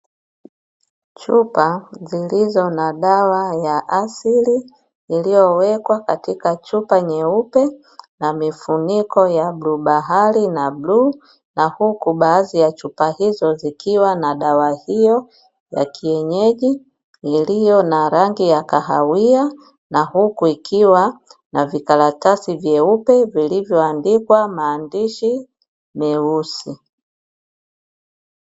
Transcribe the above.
Chupa zilizo na dawa ya asili iliyowekwa katika chupa nyeupe na mifuniko ya bluu bahari na bluu, na huku baadhi ya chupa hizo zikiwa na dawa hiyo ya kienyeji iliyo na rangi ya kahawia, na huku ikiwa na vikaratasi vyeupe vilivyoandikwa maandishi meusi.